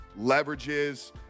leverages